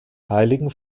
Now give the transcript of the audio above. heiligen